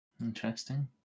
interesting